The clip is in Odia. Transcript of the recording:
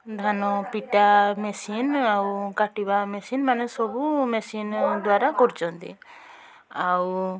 ଧାନ ପିଟା ମେସିନ୍ ଆଉ କାଟିବା ମେସିନ୍ ମାନେ ସବୁ ମେସିନ୍ ଦ୍ୱାରା କରୁଛନ୍ତି ଆଉ